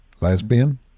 Lesbian